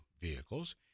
vehicles